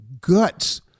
guts